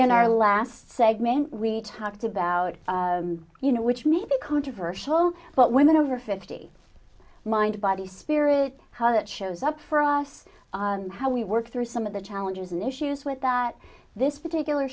and our last segment we talked about you know which may be controversial but women over fifty mind body spirit how that shows up for us and how we work through some of the challenges and issues with that this particular